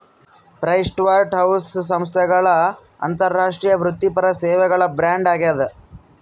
PricewaterhouseCoopers ಸಂಸ್ಥೆಗಳ ಅಂತಾರಾಷ್ಟ್ರೀಯ ವೃತ್ತಿಪರ ಸೇವೆಗಳ ಬ್ರ್ಯಾಂಡ್ ಆಗ್ಯಾದ